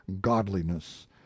godliness